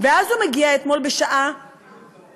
ואז הוא מגיע, אתמול בשעה 18:00,